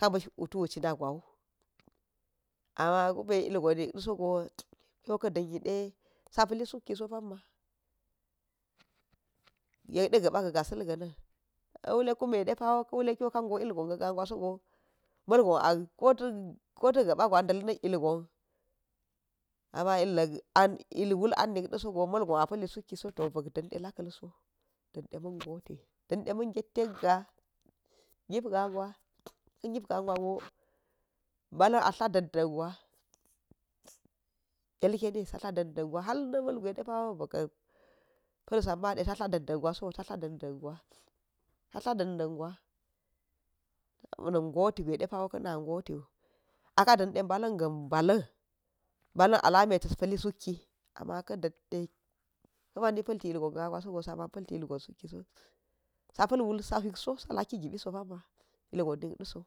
Ka̱ ba̱sh wutu cina gwawu, amma kume ilgon nikɗa sogo kigo ka̱ ɗa̱n yiɗe, sapa̱li sukki so pa̱nma̱, yekte ga̱pa̱ ga ga̱sa̱l ga̱na̱n ta̱ wule kunne ɗepawo kawuk ka̱go ilgo ga̱ gagwasogo ma̱lgo a kota̱ ga̱pa̱ gwa dal nak ilgon amma illa klul an nik ɗasogo ma̱lgo a pa̱lli sukkiso to bak ɗanɗe la̱ka̱lso, ɗanɗe ma̱n goti, ɗanɗe ma̱n getten ga̱ gip ga̱ gwa̱, ka gip ga gwago ba̱la̱n a dla̱ ɗanɗa̱n gwa̱. Alkeni sa dla ɗandan gwa halna ma̱l gwa̱i ɗepa̱wu bika̱ pa̱l sa̱nma̱ de ta̱ dla danɗa̱n gwa, sabona goti gwai depa̱ klo ka̱na̱ gotiwu aka̱ danɗe balan ga̱ ba̱la̱n, ba̱la̱n a lame ta̱s pali sukki, amma ka̱ ɗa̱nde ka̱ ma̱ni palti ilgon ga̱ gagwa̱sogo sa̱ ma̱n palti ilgon sukkiso, sa̱pa̱lwul sa̱ huik so, sa la̱kki gipiso pa̱nma̱, ilgon nikdaso,